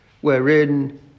Wherein